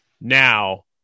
Now